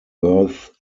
earth